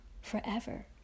forever